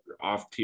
off